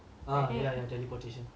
ah ya ya teleportation